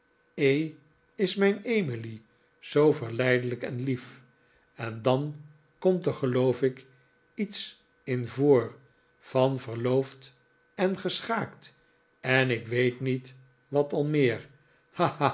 e is mijn emily zoo verleidelijk en lief en dan komt er geloof ik iets in voor van verloofd en geschaakt en ik weet niet wat al meer